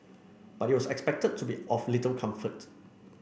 but it was expected to be of little comfort